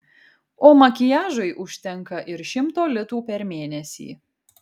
o makiažui užtenka ir šimto litų per mėnesį